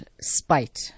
spite